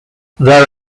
there